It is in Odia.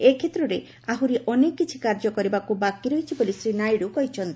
ଏକ୍ଷେତ୍ରରେ ଆହୁରି ଅନେକ କିଛି କାର୍ଯ୍ୟ କରିବାକୁ ବାକି ରହିଛି ବୋଲି ଶ୍ରୀ ନାଇଡୁ କହିଛନ୍ତି